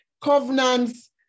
Covenants